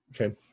Okay